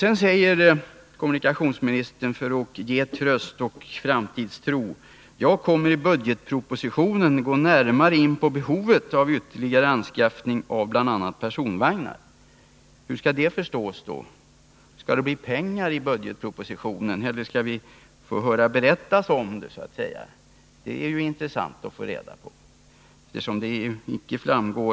Sedan säger kommunikationsministern för att ge tröst och framtidstro: ”Jag kommer i budgetpropositionen att gå in närmare på behovet av ytterligare anskaffning av bl.a. personvagnar.” Hur skall det tolkas? Skall det bli pengar i budgetpropositionen, eller skall vi så att säga få höra talas om 83 det? Det vore intressant att få reda på det.